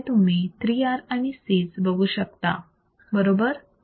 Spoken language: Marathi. इथे तुम्ही 3 R आणि Cs बघू शकता बरोबर